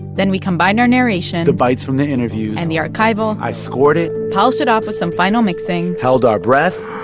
then we combined our narration. the bites from the interviews. and the archival i scored it. polished it off with some final mixing. held our breath.